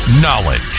Knowledge